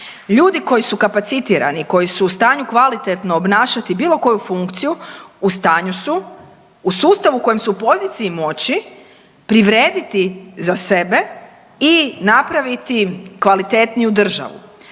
Ljudi koji su kapacitirani, koji su u stanju kvalitetno obnašati bilo koju funkciju, u stanju su u sustavu u kojem su u poziciji moći privrediti za sebe i napraviti kvalitetniju državu,